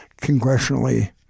congressionally